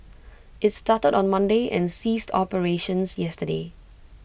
IT started on Monday and ceased operations yesterday